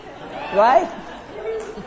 Right